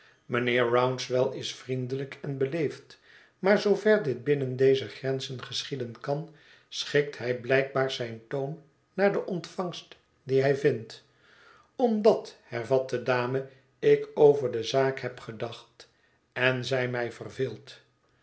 mijnheer rouncewell is vriendelijk en beleefd maar zoover dit binnen deze grenzen geschieden kan schikt hij blijkbaar zijn toon naar de ontvangst die hij vindt omdat hervat de dame ik ook over de zaak heb gedacht en zij mij verveelt